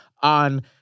on